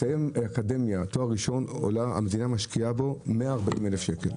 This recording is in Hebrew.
מסיים אקדמיה תואר ראשון - המדינה משקיעה בו 140 אלף שקל,